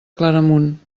claramunt